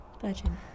Virgin